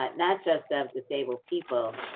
but not just of disabled people,